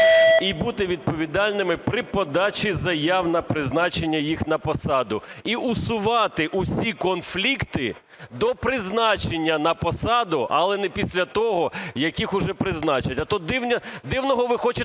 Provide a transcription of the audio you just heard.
і бути відповідальними при подачі заяв на призначення їх на посаду, і усувати всі конфлікти до призначення на посаду, але не після того, як їх вже призначать. А то дивного ви хочете